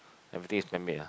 everything is man made lah